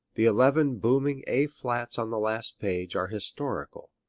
the eleven booming a flats on the last page are historical.